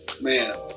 man